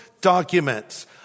documents